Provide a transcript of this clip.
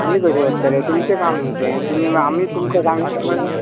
आमी कशें व्हरतले तुमचें काम न्हू तें तुमी आमी तुमकां सांगता म्हळ्यार